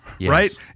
right